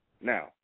Now